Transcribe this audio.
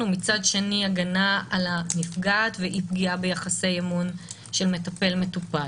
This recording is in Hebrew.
ומצד שני הגנה על הנפגעת ואי פגיעה ביחסי אמון של מטפל-מטופל.